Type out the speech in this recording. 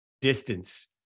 Distance